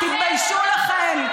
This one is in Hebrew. תתביישו לכן.